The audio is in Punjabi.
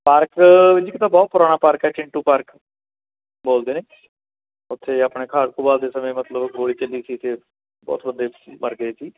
ਪਾਰਕ ਜੀ ਇੱਕ ਤਾਂ ਬਹੁਤ ਪੁਰਾਣਾ ਪਾਰਕ ਹੈ ਚਿੰਟੂ ਪਾਰਕ ਬੋਲਦੇ ਨੇ ਉੱਥੇ ਆਪਣੇ ਖਾੜਕੂਵਾਦ ਦੇ ਸਮੇਂ ਮਤਲਬ ਗੋਲੀ ਚੱਲੀ ਸੀ ਅਤੇ ਬਹੁਤ ਬੰਦੇ ਮਰ ਗਏ ਸੀ